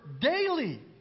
daily